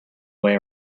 way